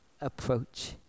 approach